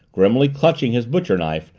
grimly clutching his butcher knife,